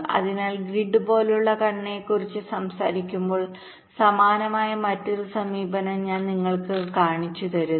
അതിനാൽ ഗ്രിഡ് പോലുള്ള ഘടനയെക്കുറിച്ച് സംസാരിക്കുമ്പോൾ സമാനമായ മറ്റൊരു സമീപനം ഞാൻ നിങ്ങൾക്ക് കാണിച്ചുതരുന്നു